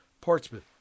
Portsmouth